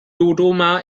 dodoma